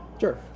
Sure